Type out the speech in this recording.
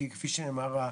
כי כפי שנאמר,